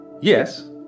Yes